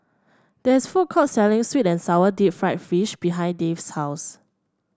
there is a food court selling sweet and sour Deep Fried Fish behind Dave's house